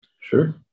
Sure